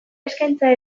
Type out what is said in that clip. eskaintza